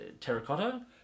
terracotta